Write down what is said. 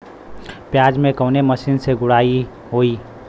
प्याज में कवने मशीन से गुड़ाई होई?